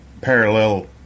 parallel